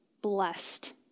blessed